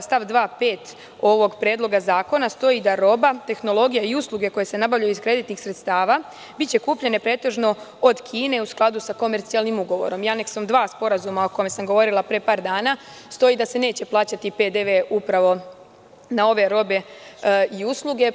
stav 2.5 ovog predloga zakona stoji da – roba, tehnologija i usluge koje se nabavljaju iz kreditnih sredstava biće kupljene pretežno od Kine u skladu sa komercijalnim ugovorom i aneksom 2. sporazuma o kome sam govorila pre par dana stoji da se neće plaćati PDV upravo na ove robe i usluge.